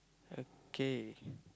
okay